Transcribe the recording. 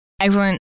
Excellent